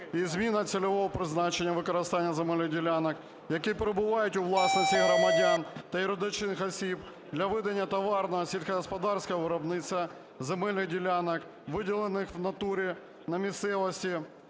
і зміна цільового призначення (використання) земельних ділянок, які перебувають у власності громадян та юридичних осіб для ведення товарного сільськогосподарського виробництва, земельних ділянок, виділених в натурі (на місцевості)